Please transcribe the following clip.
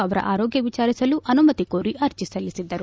ಅವರ ಆರೋಗ್ಯ ವಿಚಾರಿಸಲು ಅನುಮತಿ ಕೋರಿ ಅರ್ಜಿ ಸಲ್ಲಿಸಿದ್ದರು